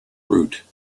route